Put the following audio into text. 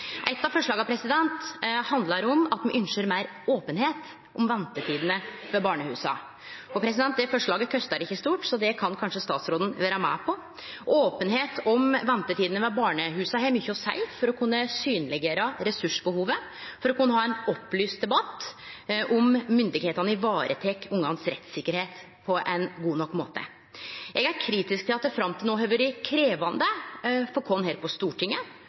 Eitt av forslaga handlar om at me ynskjer meir openheit om ventetidene ved barnehusa. Det forslaget kostar ikkje stort, så det kan kanskje statsråden vere med på? Openheit om ventetidene ved barnehusa har mykje å seie for å kunne synleggjere ressursbehovet, for å kunne ha ein opplyst debatt om myndigheitene tek vare på rettssikkerheita til ungane på ein god nok måte. Eg er kritisk til at det fram til no har vore krevjande for oss her på Stortinget